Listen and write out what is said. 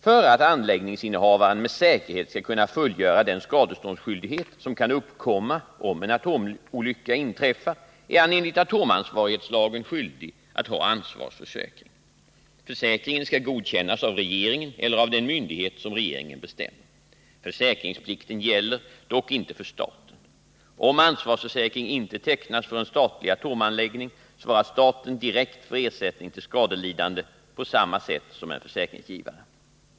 För att anläggningsinnehavaren med säkerhet skall kunna fullgöra den skadeståndsskyldighet som kan uppkomma om en atomolycka inträffar är han enligt atomansvarighetslagen skyldig att ha ansvarsförsäkring. Försäkringen skall godkännas av regeringen eller av myndighet som regeringen bestämmer. Försäkringsplikten gäller dock inte för staten. Om ansvarsförsäkring inte tecknas för en statlig atomanläggning, svarar staten direkt för ersättning till skadelidande på samma sätt som en försäkringsgivare.